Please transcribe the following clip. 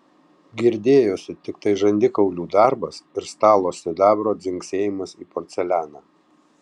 girdėjosi tiktai žandikaulių darbas ir stalo sidabro dzingsėjimas į porcelianą